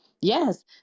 yes